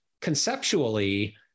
conceptually